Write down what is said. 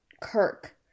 Kirk